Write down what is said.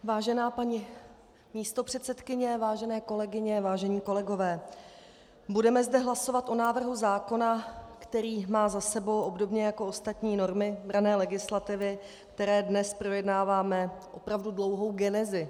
Vážená paní místopředsedkyně, vážené kolegyně, vážení kolegové, budeme zde hlasovat o návrhu zákona, který má za sebou, obdobně jako ostatní normy branné legislativy, které dnes projednáváme, opravdu dlouhou genezi.